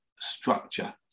structure